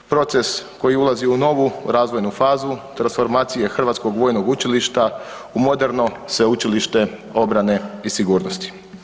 Proces koji ulazi u novu razvojnu fazu transformacije Hrvatskog vojnog učilišta u moderno Sveučilište obrane i sigurnosti.